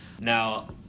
Now